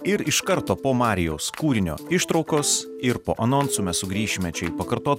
ir iš karto po marijaus kūrinio ištraukos ir po anonsų mes sugrįšime čia į pakartot